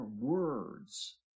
words